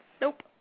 Nope